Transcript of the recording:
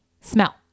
smell